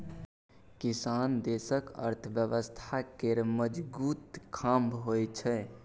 किसान देशक अर्थव्यवस्था केर मजगुत खाम्ह होइ छै